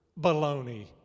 Baloney